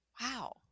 wow